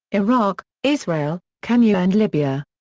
iraq, israel, kenya and libya.